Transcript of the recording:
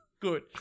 Good